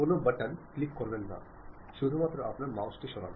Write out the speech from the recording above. কোন button click করবেন না শুধুমাত্র আপনার মাউস সরান